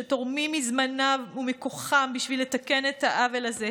שתורמים מזמנם ומכוחם בשביל לתקן את העוול הזה,